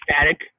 static